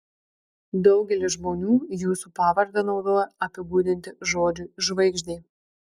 daugelis žmonių jūsų pavardę naudoja apibūdinti žodžiui žvaigždė